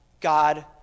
God